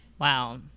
Wow